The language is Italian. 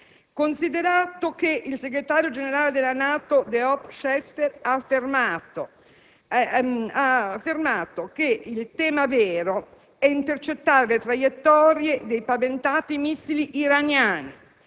considerato che il segretario generale della NATO, De Hoop Scheffer, ha affermato che il tema vero è intercettare le traiettorie dei paventati missili iraniani